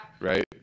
Right